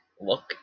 look